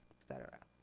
et cetera.